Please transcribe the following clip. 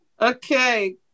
okay